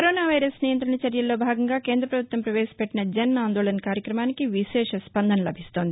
corona virus నియంత్రణ చర్యల్లో భాగంగా కేంద్రపభుత్వం ప్రవేశపెట్టిన జన్ ఆందోళన్ కార్యక్రమానికి విశేష స్పందన లభిస్తోంది